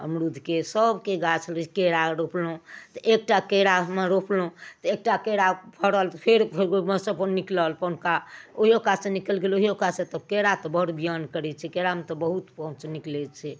अमरुदके सबके गाछ लै केरा रोपलहुँ तऽ एकटा केरा हम रोपलहुँ तऽ एकटा केरा फड़ल तऽ फेर ओहिमेसँ अपन निकलल पौनुका ओहिओ कातसँ निकलि गेल ओहिओ कातसँ तऽ केरा तऽ बड़ बिआन करै छै केरामे तऽ बहुत पौच निकलै छै